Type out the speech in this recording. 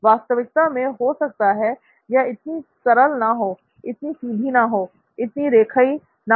वास्तविकता मे हो सकता है यह इतनी सरल ना हो इतनी सीधी ना हो इतनी रेखीय ना हो